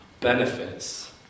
benefits